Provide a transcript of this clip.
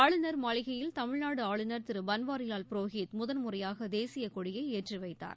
ஆளுநர் மாளிகையில் தமிழ்நாடு ஆளுநர் திரு பன்வாரிலால் புரோகித் முதல்முறையாக தேசிய கொடியை ஏற்றிவைத்தார்